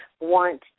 want